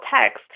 text